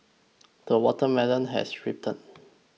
the watermelon has ripened